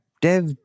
Dev